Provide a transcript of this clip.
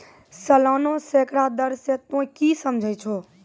सलाना सैकड़ा दर से तोंय की समझै छौं